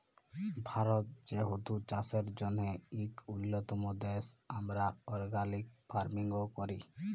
ভারত যেহেতু চাষের জ্যনহে ইক উল্যতম দ্যাশ, আমরা অর্গ্যালিক ফার্মিংও ক্যরি